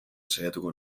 saiatuko